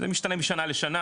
זה משנה לשנה,